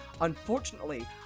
unfortunately